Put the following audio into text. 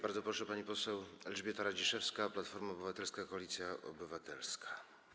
Bardzo proszę, pani poseł Elżbieta Radziszewska, Platforma Obywatelska - Koalicja Obywatelska.